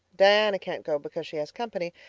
diana can't go because she has company,